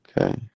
Okay